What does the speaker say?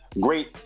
great